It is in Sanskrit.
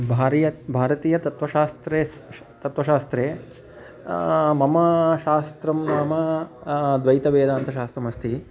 भार्या भारतीयतत्त्वशास्त्रस्य तत्त्वशास्त्रे मम शास्त्रं नाम द्वैतवेदान्तशास्त्रमस्ति